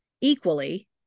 equally